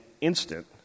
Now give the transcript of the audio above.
instant